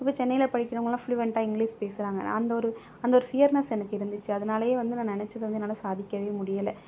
இப்போ சென்னையில் படிக்கிறவங்களாம் ஃபுளுவென்ட்டாக இங்கிலீஷ் பேசறாங்க அந்த ஒரு அந்த ஒரு ஃபியர்னஸ் எனக்கு இருந்துச்சு அதனாலேயே வந்து நான் நினைத்தது வந்து என்னால் சாதிக்கவே முடியலை